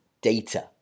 data